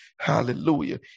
Hallelujah